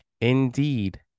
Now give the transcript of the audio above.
Indeed